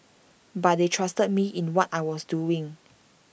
but they trusted me in what I was doing